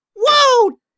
Whoa